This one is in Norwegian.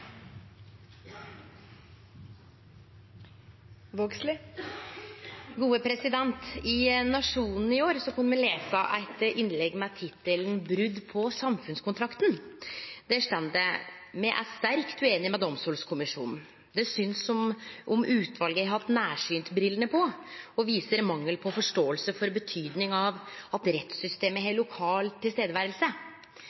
I Nationen i går kunne me lese eit innlegg med tittelen «Et brudd på samfunnskontrakten». Der står det: «Vi er sterkt uenige i konklusjonen til Domstolkommisjonen. Det synes som utvalget har hatt nærsyntbrillene på og viser mangel på forståelse for betydningen av at rettssystemet har